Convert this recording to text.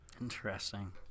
Interesting